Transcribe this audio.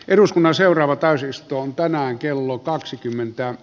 eduskunnan seuraava täysistuntoinaan kello kaksikymmentä